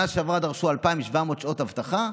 שנה שעברה דרשו 2,700 שעות אבטחה,